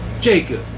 Jacob